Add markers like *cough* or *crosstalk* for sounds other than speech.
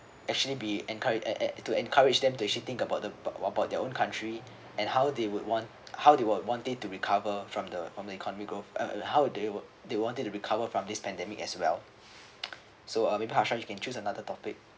actually be encouraged and and to encourage them to actually think about the what about their own country and how they would want how they would want it to recover from the from the economy growth or how they wo~ they want it to recover from this pandemic as well *noise* so may be harsha you can choose another topic